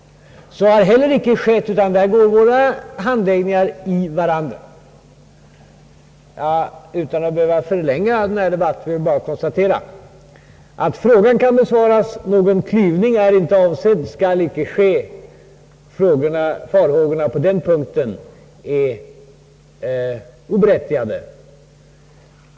Så har heller icke skett, utan våra handläggningar går in i varandra. tan att förlänga debatten vill jag konstatera att frågan kan besvaras så: någon klyvning är inte avsedd och skall inte ske, farhågorna på den punkten är oberättigade.